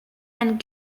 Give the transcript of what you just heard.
and